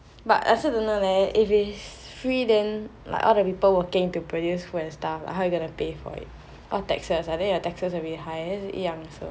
but I also don't know leh if it's free then like all the people working to produce food and stuff like how you going to pay for it what taxes I think your taxes will be higher so 一样 also